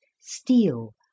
steel